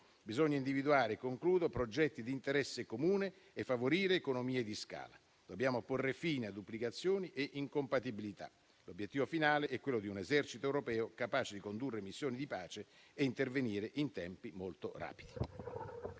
Bisogna individuare progetti di interesse comune e favorire economie di scala. Dobbiamo porre fine a duplicazioni e incompatibilità. L'obiettivo finale è quello di un esercito europeo capace di condurre missioni di pace e intervenire in tempi molto rapidi.